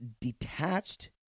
detached